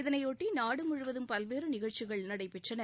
இதனையொட்டி நாடு முழுவதும் பல்வேறு நிகழ்ச்சிகள் நடைபெற்றன